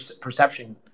Perception